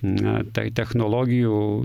na tai technologijų